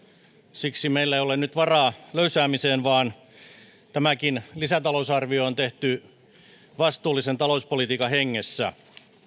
siksi meillä ei ole nyt varaa löysäämiseen vaan tämäkin lisätalousarvio on tehty vastuullisen talouspolitiikan hengessä